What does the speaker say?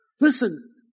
Listen